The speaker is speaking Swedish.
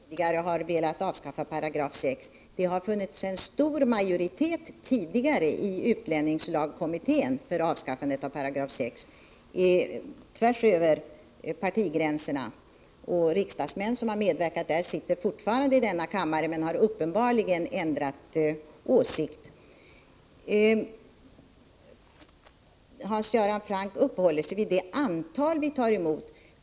Herr talman! Hans Göran Franck säger att moderaterna tidigare har velat avskaffa 6 §. Det har tidigare i utlänningslagskommittén funnits en stor majoritet tvärs över partigränserna för att man skall avskaffa 6 §. Riksdagsmän som har medverkat där sitter fortfarande i denna kammare men har uppenbarligen ändrat åsikt. Hans Göran Franck uppehåller sig vid det antal flyktingar vi tar emot.